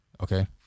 Okay